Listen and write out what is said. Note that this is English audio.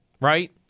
right